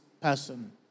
person